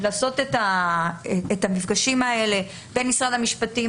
לעשות את המפגשים האלה בין משרד המשפטים,